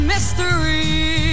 mystery